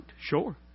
Sure